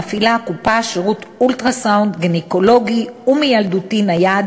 הקופה מפעילה שירות אולטרה-סאונד גינקולוגי ומיילדותי נייד,